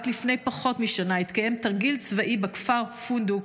רק לפני פחות משנה התקיים תרגיל צבאי בכפר פונדוק,